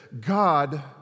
God